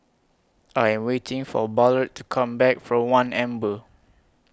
I Am waiting For Ballard to Come Back from one Amber